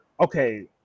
okay